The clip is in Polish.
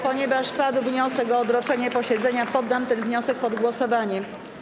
Ponieważ padł wniosek o odroczenie posiedzenia, poddam ten wniosek pod głosowanie.